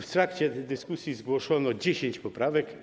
W trakcie dyskusji zgłoszono dziesięć poprawek.